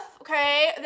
okay